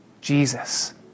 Jesus